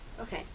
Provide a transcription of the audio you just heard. Okay